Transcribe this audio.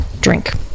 drink